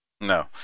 No